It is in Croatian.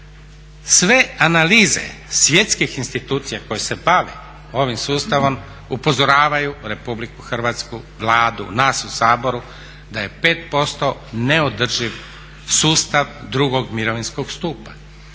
Sve analize svjetskih institucija koje se bave ovim sustavom upozoravaju RH, Vladu, nas u Saboru da je 5% neodrživ sustav drugog mirovinskog stupa.